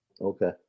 Okay